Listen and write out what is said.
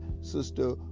Sister